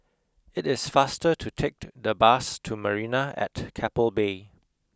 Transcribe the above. it is faster to take the bus to Marina at Keppel Bay